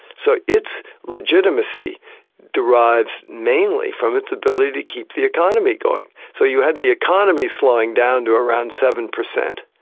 so its legitimacy derives namely from its ability to keep the economy going. so you had the economy slowing down to around seven percent,